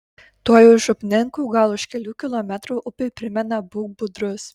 tuoj už upninkų gal už kelių kilometrų upė primena būk budrus